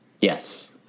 Yes